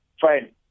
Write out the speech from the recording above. Fine